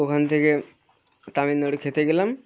ওখান থেকে তামিলনাড়ু খেতে গেলাম